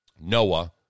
Noah